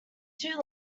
too